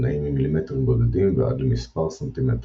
הנעים ממילימטרים בודדים ועד למספר סנטימטרים,